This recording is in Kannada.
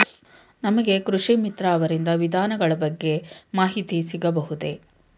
ನಮಗೆ ಕೃಷಿ ಮಿತ್ರ ಅವರಿಂದ ವಿಧಾನಗಳ ಬಗ್ಗೆ ಮಾಹಿತಿ ಸಿಗಬಹುದೇ?